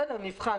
בסדר, נבחן.